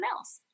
else